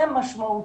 זה משמעותי.